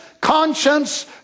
conscience